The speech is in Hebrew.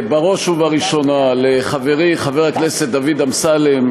בראש ובראשונה לחברי חבר הכנסת דוד אמסלם,